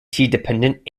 dependent